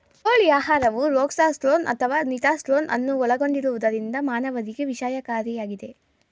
ಕೋಳಿ ಆಹಾರವು ರೊಕ್ಸಾರ್ಸೋನ್ ಅಥವಾ ನಿಟಾರ್ಸೋನ್ ಅನ್ನು ಒಳಗೊಂಡಿರುವುದರಿಂದ ಮಾನವರಿಗೆ ವಿಷಕಾರಿಯಾಗಿದೆ